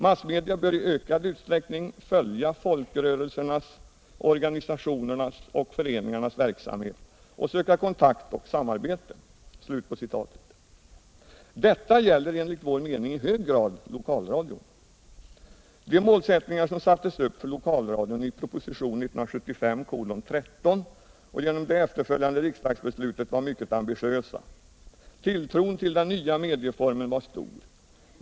Massmedia bör i ökad utsträckning följa folkrörelsernas, organisationernas och föreningarnas verksamhet och söka kontakt och samarbete.” Detta gäller enligt vår mening i hög grad lokalradion. De målsättningar som sattes upp för lokalradion i propositionen 1975:13 och genom det efterföljande riksdagsbeslutet var mycket ambitiösa. Tilltron till den nya medieformen var stor.